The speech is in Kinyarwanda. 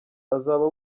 azaba